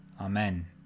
Amen